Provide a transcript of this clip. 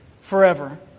forever